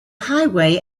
highway